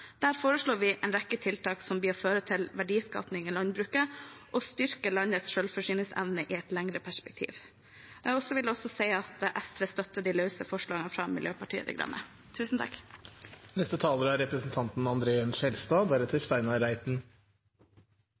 Der foreslår vi en rekke tiltak som vil føre til verdiskaping i landbruket og styrke landets selvforsyningsevne i et lengre perspektiv. Jeg vil også si at SV støtter de løse forslagene fra Miljøpartiet De Grønne.